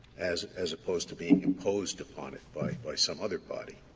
as as opposed to being imposed upon it by by some other body,